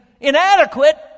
inadequate